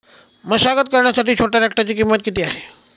मशागत करण्यासाठी छोट्या ट्रॅक्टरची किंमत किती आहे?